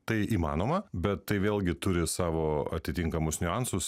tai įmanoma bet tai vėlgi turi savo atitinkamus niuansus